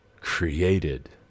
created